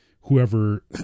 whoever